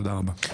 תודה רבה.